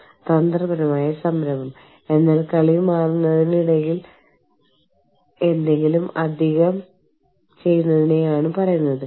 ആ ഓഫീസിലേക്കും തിരിച്ചും യാത്ര ചെയ്യാൻ വ്യക്തി ചെലവഴിക്കുന്ന ദിവസങ്ങളുടെ എണ്ണം കണക്കാക്കേണ്ടതുണ്ട്